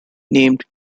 named